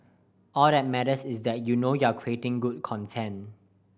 all that matters is that you know you're creating good content